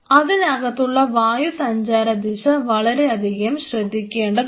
അതിനകത്തുനിന്നുള്ള വായുസഞ്ചാര ദിശ വളരെയധികം ശ്രദ്ധിക്കേണ്ടതുണ്ട്